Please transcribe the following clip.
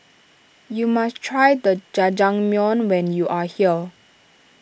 you must try the Jajangmyeon when you are here